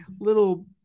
little